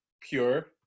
pure